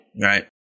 Right